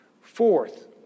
Fourth